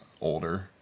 older